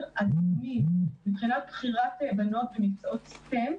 אדומים מבחינת בחירת בנות במקצועות סט"מ.